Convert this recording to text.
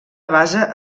base